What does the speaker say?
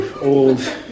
old